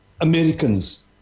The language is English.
Americans